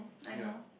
yea